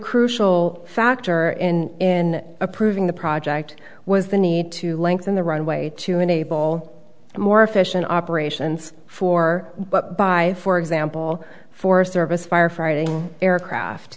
crucial factor in approving the project was the need to lengthen the runway to enable more efficient operations for by for example forest service firefighting aircraft